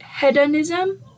hedonism